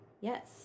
Yes